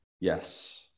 Yes